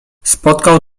spotkał